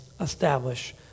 establish